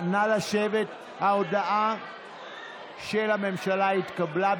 של הממשלה התקבלה.